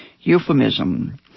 Euphemism